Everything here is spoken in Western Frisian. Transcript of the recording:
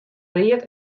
read